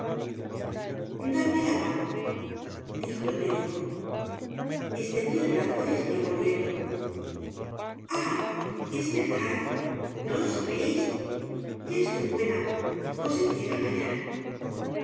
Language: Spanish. dadme la mano dijo el médico estendió el brazo y esclamó riendo ah es verdad no lo sabeis ya estoy buena cosette llega mañana